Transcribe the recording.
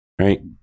Right